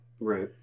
Right